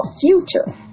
future